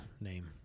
name